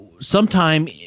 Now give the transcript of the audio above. sometime